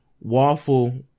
Waffle